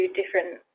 different